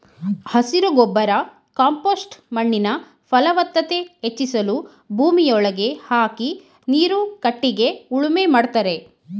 ಹಸಿರು ಗೊಬ್ಬರ ಕಾಂಪೋಸ್ಟ್ ಮಣ್ಣಿನ ಫಲವತ್ತತೆ ಹೆಚ್ಚಿಸಲು ಭೂಮಿಯೊಳಗೆ ಹಾಕಿ ನೀರು ಕಟ್ಟಿಗೆ ಉಳುಮೆ ಮಾಡ್ತರೆ